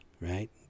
right